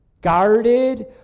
Guarded